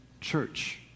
church